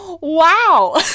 Wow